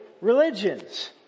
religions